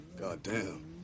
Goddamn